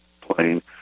plane